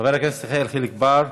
חבר הכנסת יחיאל חיליק בר,